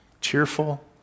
Cheerful